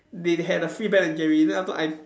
they had a free Ben and Jerry then I thought I